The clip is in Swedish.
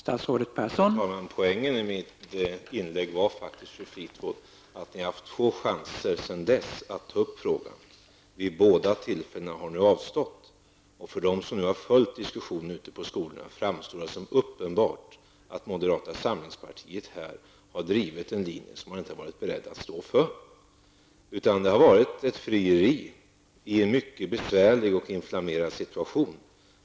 Herr talman! Poängen i mitt inlägg var faktiskt, fru Fleetwood, att ni har haft två chanser sedan dess att ta upp frågan. Vid båda tillfällena har ni avstått. För dem som har följt diskussionen ute på skolorna framstår det som uppenbart att moderata samlingspartiet har drivit en linje som partiet inte är berett att stå för. Det har rört sig om ett frieri i en mycket besvärlig och inflammerad situation.